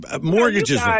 Mortgages